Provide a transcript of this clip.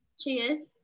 Cheers